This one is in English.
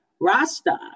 Rasta